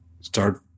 start